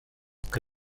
que